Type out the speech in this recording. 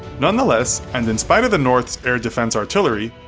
nonetheless, and in spite of the north's air defense artillery,